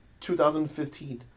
2015